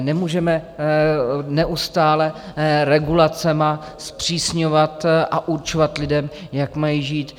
Nemůžeme neustále regulacemi zpřísňovat a určovat lidem, jak mají žít.